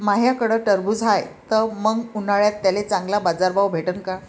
माह्याकडं टरबूज हाये त मंग उन्हाळ्यात त्याले चांगला बाजार भाव भेटन का?